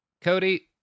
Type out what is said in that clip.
Cody